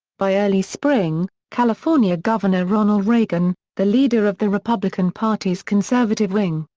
by early spring, california governor ronald reagan, the leader of the republican party's conservative wing,